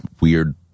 weird